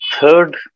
Third